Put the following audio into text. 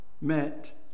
met